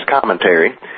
commentary